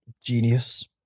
Genius